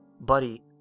Buddy